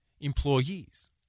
employees